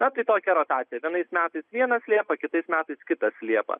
na tai tokia rotacija vienais metais vienas liepą kitais metais kitas liepą